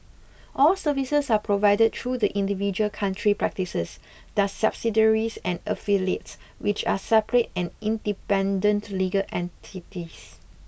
all services are provided through the individual country practices their subsidiaries and affiliates which are separate and independent legal entities